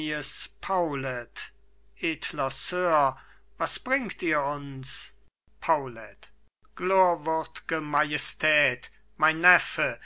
edler sir was bringt ihr uns paulet glorwürd'ge majestät mein neffe